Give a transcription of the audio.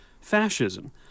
fascism